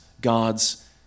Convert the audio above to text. God's